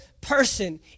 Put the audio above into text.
person